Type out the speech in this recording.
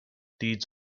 deeds